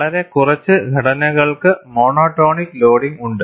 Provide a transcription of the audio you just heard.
വളരെ കുറച്ച് ഘടനകൾക്ക് മോണോടോണിക് ലോഡിംഗ് ഉണ്ട്